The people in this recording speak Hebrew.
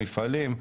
מפעלים,